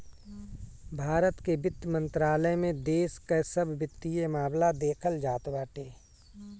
भारत के वित्त मंत्रालय में देश कअ सब वित्तीय मामला देखल जात बाटे